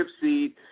seed